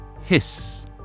hiss